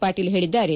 ಪಾಟೀಲ ಹೇಳಿದ್ದಾರೆ